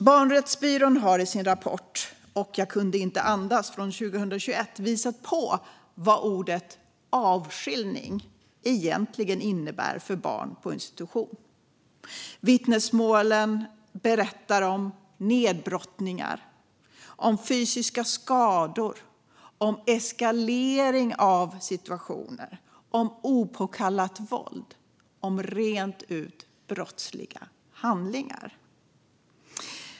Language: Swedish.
Barnrättsbyrån har i sin rapport .och jag kunde inte andas från 2021 visat vad ordet avskiljning egentligen innebär för barn på institution. Vittnesmål berättar om nedbrottningar, om fysiska skador, om eskalering av situationer, om opåkallat våld och om rent brottsliga handlingar.